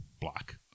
black